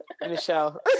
Michelle